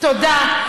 תודה.